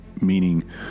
meaning